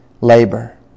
labor